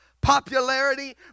popularity